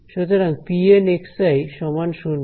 সুতরাং pN 0